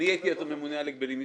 הייתי אז הממונה על הגבלים עסקיים,